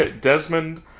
Desmond